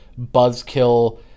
buzzkill